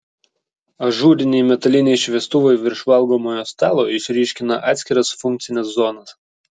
ažūriniai metaliniai šviestuvai virš valgomojo stalo išryškina atskiras funkcines zonas